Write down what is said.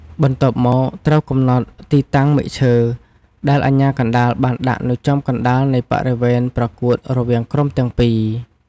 បន្ទាប់មក ត្រូវកំណត់ ទីតាំងមែកឈើ ដែលអាជ្ញាកណ្ដាលបានដាក់នៅចំកណ្ដាលនៃបរិវេនប្រកួតរវាងក្រុមទាំងពី